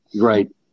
Right